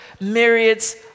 myriads